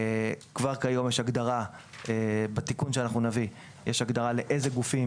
כבר היום יש הגדרה, בתיקון שנביא, לאילו גופים